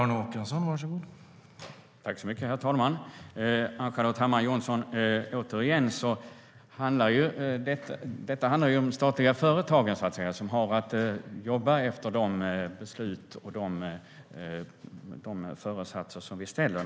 Herr talman! Återigen handlar detta om de statliga företagen, som har att jobba efter de beslut och de föresatser som vi ställer ut, Ann-Charlotte Hammar Johnsson.